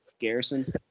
Garrison